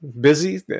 Busy